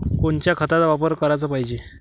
कोनच्या खताचा वापर कराच पायजे?